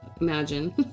Imagine